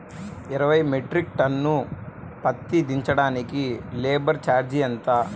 ఇరవై metric ton పత్తి దించటానికి లేబర్ ఛార్జీ ఎంత?